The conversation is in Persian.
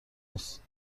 نیست